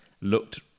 looked